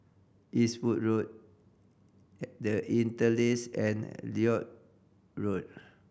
Eastwood Road The Interlace and Lloyd Road